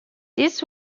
this